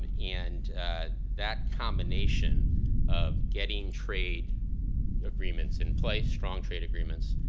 and that combination of getting trade agreements in place, strong trade agreements,